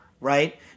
right